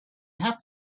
have